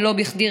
ולא בכדי,